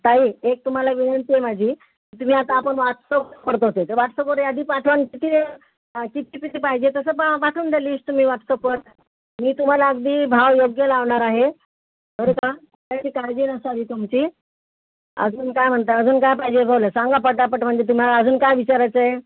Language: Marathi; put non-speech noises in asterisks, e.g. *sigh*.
ताई एक तुम्हाला विनंती आहे माझी तुम्ही आता आपण वाट्सअप *unintelligible* तर वाटसअपवर यादी पाठवा *unintelligible* किती किती पाहिजे तसं पा पाठवून द्या लिश तुम्ही वाट्सअपवर मी तुम्हाला अगदी भाव योग्य लावणार आहे बरं का त्याची काळजी नसावी तुमची अजून काय म्हणता अजून काय पाहिजे बोला सांगा पटापट म्हणजे तुम्हाला अजून काय विचारायचं आहे